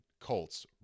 Colts